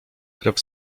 krew